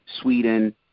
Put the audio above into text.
Sweden